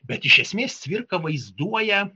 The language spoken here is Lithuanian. bet iš esmės cvirka vaizduoja